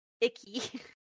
Icky